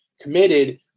committed